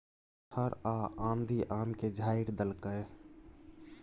अन्हर आ आंधी आम के झाईर देलकैय?